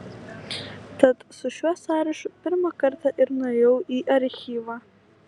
tad su šiuo sąrašu pirmą kartą ir nuėjau į archyvą